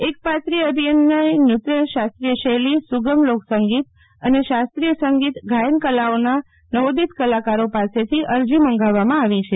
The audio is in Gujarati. એકપાત્રિય અભિનય નૃત્ય શાસ્ત્રીય શૈલી સુગમ લોકસંગીત અને શાસ્ત્રીય સંગીત ગાયન કલાઓના નવોદિત કલાકારો પાસેથી અરજી મંગાવવામાં આવી છે